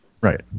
Right